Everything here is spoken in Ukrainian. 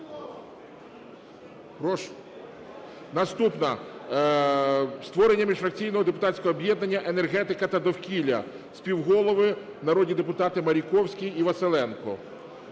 наступна. Створення міжфракційного депутатського об'єднання "Енергетика та довкілля", співголови - народні депутати Маріковський і Василенко.